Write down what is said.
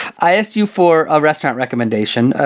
i asked you for a restaurant recommendation.